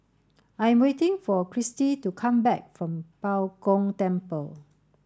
I am waiting for Christi to come back from Bao Gong Temple